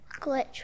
glitch